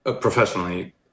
professionally